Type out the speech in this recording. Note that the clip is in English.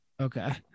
okay